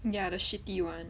ya the shitty [one]